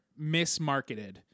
mismarketed